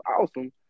awesome